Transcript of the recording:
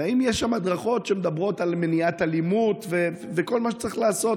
האם יש שם הדרכות שמדברות על מניעת אלימות וכל מה שצריך לעשות